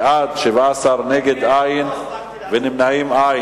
בעד, 17, נגד, אין, ונמנעים,